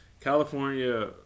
California